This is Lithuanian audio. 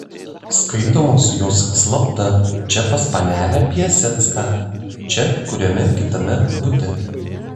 skaitomos jos slapta čia pas panelę piasecką čia kuriame kitame bute